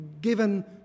given